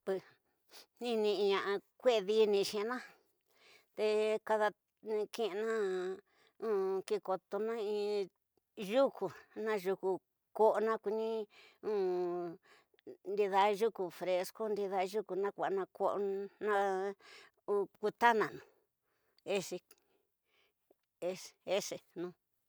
Pues ni niña'a kue'e dinixina'a te ki'ini ki kotuna in yuku, na yuku ko'onoa kuni ndida yuku fresco, ndida yuku na ku'a na kutananu.